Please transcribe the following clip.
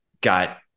got